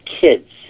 kids